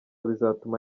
bizatuma